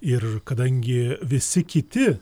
ir kadangi visi kiti